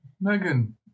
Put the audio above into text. Megan